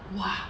!wah!